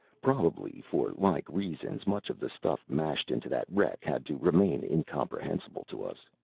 probably for like reasons, much of the stuff mashed into that wreck had to remain incomprehensible to us.